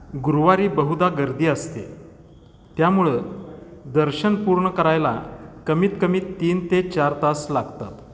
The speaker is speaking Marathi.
गुरुवारी बहुधा गर्दी असते त्यामुळं दर्शन पूर्ण करायला कमीतकमी तीन ते चार तास लागतात